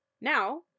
Now